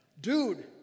dude